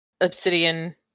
obsidian